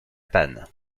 panne